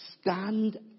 stand